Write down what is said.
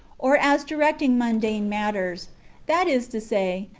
or as directing mundane matters that is to say,